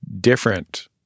different